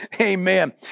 Amen